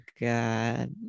God